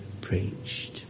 preached